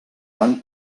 van